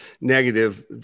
negative